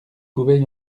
pouvait